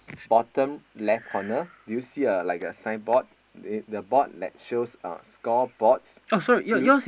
bottom left corner do you see a like a signboard uh the board that shows uh score boards s~